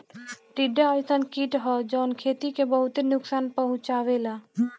टिड्डा अइसन कीट ह जवन खेती के बहुते नुकसान पहुंचावेला